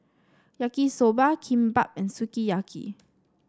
Yaki Soba Kimbap and Sukiyaki